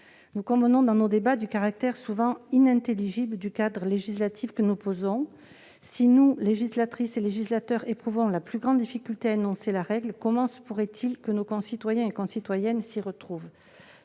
Nous convenons, dans nos débats, du caractère souvent inintelligible du cadre législatif que nous posons. Si nous, législateurs, éprouvons la plus grande difficulté à énoncer la règle, comment nos concitoyens pourront-ils s'y retrouver ?